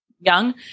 young